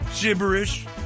Gibberish